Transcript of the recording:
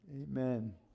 Amen